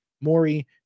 Maury